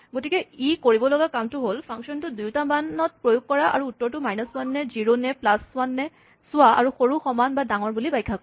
গতিকে ই কৰিব লগা কামটো হ'ল এই ফাংচনটো দুয়োটা মানত প্ৰয়োগ কৰা আৰু উত্তৰটো মাইনাছ ৱান নে জিৰ' নে প্লাছ ৱান চোৱা আৰু সৰু সমান বা ডাঙৰ বুলি ব্যাখ্যা কৰা